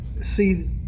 see